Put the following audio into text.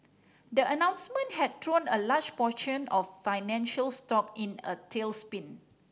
the announcement had thrown a large portion of financial stock in a tailspin